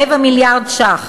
רבע מיליארד ש"ח.